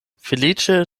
feliĉe